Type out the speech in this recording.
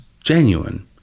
genuine